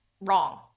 wrong